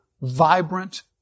vibrant